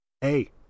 Hey